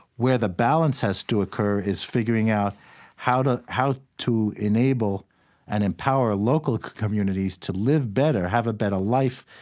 where the balance has to occur is figuring out how to how to enable and empower local communities to live better have a better life,